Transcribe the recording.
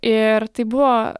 ir tai buvo